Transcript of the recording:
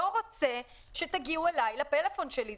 אני לא רוצה שתגיעו אליי לפלאפון שלי.